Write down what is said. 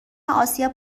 آسیا